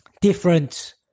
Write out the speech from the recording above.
different